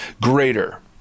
greater